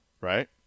Right